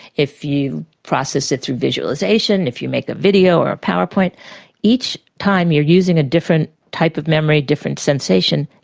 if you process it through visualisation, if you make a video or a powerpoint each time you're using a different type of memory, a different sensation,